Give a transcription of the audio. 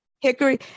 Hickory